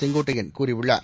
செங்கோட்டையன் கூறியுள்ளார்